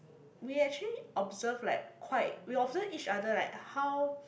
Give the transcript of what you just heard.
we actually observe like quite we observe each other like how